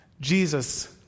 Jesus